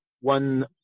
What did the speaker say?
one